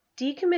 Decommission